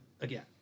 again